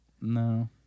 No